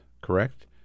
correct